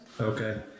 okay